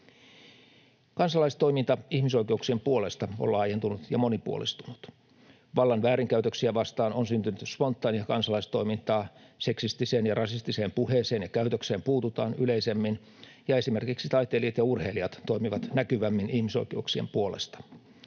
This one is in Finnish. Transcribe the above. Kansalaistoiminta ihmisoikeuksien puolesta on laajentunut ja monipuolistunut. Vallan väärinkäytöksiä vastaan on syntynyt spontaania kansalaistoimintaa, seksistiseen ja rasistiseen puheeseen ja käytökseen puututaan yleisemmin, ja esimerkiksi taiteilijat ja urheilijat toimivat näkyvämmin ihmisoikeuksien puolesta.